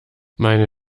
meine